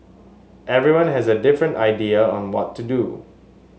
everyone has a different idea on what to do